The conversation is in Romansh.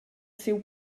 siu